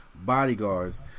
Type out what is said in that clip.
Bodyguards